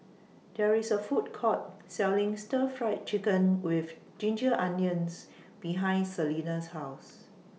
There IS A Food Court Selling Stir Fried Chicken with Ginger Onions behind Selena's House